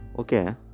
Okay